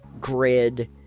grid